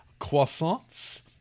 Croissants